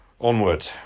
onward